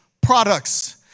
products